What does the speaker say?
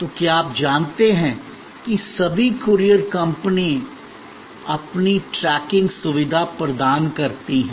तो क्या आप जानते हैं कि सभी कूरियर कंपनियां आपको ट्रैकिंग सुविधा प्रदान करती हैं